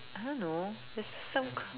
I don't know there's some